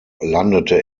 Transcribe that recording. landete